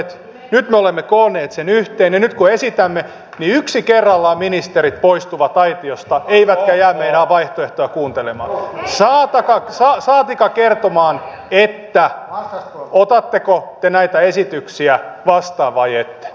nyt me olemme koonneet sen yhteen ja nyt kun esitämme niin yksi kerrallaan ministerit poistuvat aitiosta eivätkä jää meidän vaihtoehtoamme kuuntelemaan saatika kertomaan otatteko te näitä esityksiä vastaan vai ette